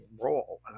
role